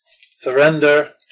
Surrender